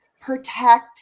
protect